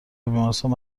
بیمارستان